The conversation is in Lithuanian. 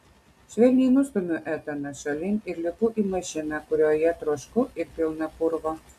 švelniai nustumiu etaną šalin ir lipu į mašiną kurioje trošku ir pilna purvo